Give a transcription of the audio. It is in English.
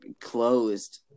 closed